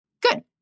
good